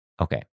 okay